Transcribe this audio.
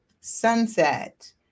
Sunset